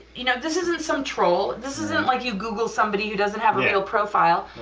you know this isn't some troll, this isn't like you google somebody who doesn't have a real profile,